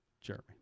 Jeremy